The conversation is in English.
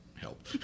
help